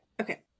Okay